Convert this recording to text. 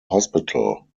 hospital